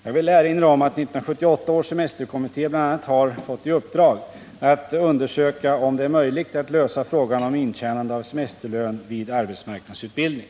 Jag vill erinra om att 1978 års semesterkommitté bl.a. har fått i uppdrag att undersöka om det är möjligt att lösa frågan om intjänande av semesterlön vid arbetsmarknadsutbildning.